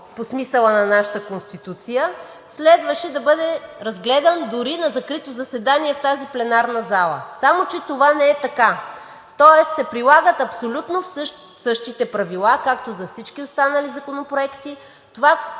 по смисъла на нашата Конституция, следваше да бъде разгледан дори на закрито заседание в тази пленарна зала, само че това не е така. Тоест, прилагат се абсолютно същите правила, както за всички останали законопроекти. Това,